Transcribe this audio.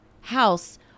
house